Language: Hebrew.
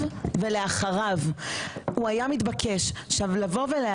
שלא כל אחת תוכל